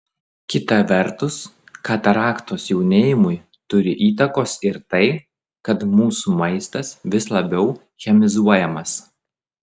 kita vertus kataraktos jaunėjimui turi įtakos ir tai kad mūsų maistas vis labiau chemizuojamas